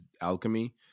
alchemy